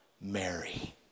Mary